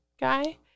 guy